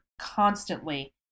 constantly